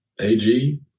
AG